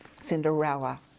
Cinderella